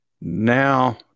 Now